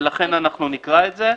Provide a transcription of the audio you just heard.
ולכן אנחנו נקרא את זה.